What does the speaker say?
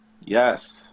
Yes